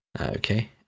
Okay